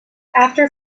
after